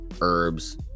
herbs